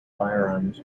firearms